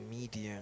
media